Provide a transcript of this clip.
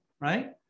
right